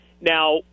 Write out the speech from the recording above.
Now